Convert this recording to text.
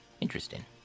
interesting